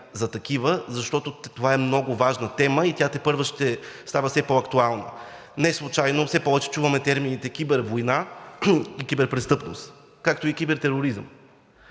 за такива, защото това е много важна тема и тя тепърва ще става все по-актуална. Неслучайно все повече чуваме термините „кибервойна“ и „киберпрестъпност“, както и „кибертероризъм“.